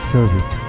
Service